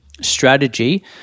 strategy